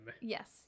Yes